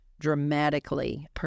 dramatically